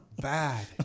bad